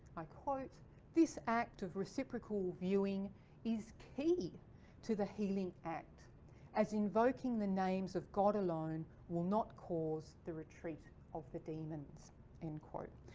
i quote this act of reciprocal viewing is key to the healing act as invoking the names of god alone will not cause the retreat of the demons end quote.